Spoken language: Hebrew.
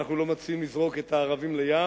אנחנו לא מציעים לזרוק את הערבים לים.